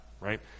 right